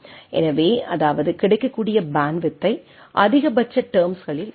எனவே அதாவதுகிடைக்கக்கூடிய பேண்ட்வித்தை அதிகபட்ச டெர்ம்ஸ்களில் பயன்படுத்தலாம்